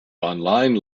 online